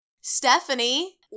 Stephanie